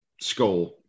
skull